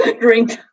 drink